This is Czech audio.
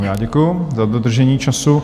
Já děkuju za dodržení času.